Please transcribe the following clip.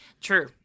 True